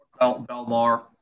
Belmar